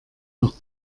noch